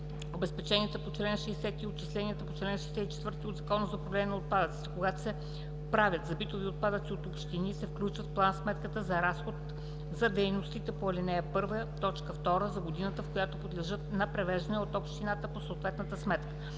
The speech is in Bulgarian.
Обезпеченията по чл. 60 и отчисленията по чл. 64 от Закона за управление на отпадъците, когато се правят за битови отпадъци от общини, се включват в план-сметката като разход за дейности по ал. 1, т. 2 за годината, в която подлежат на превеждане от общината по съответната сметка.